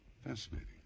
fascinating